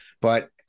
but-